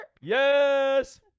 Yes